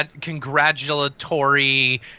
congratulatory